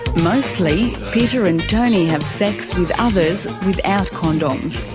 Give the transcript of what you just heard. mostly, peter and tony have sex with others without condoms.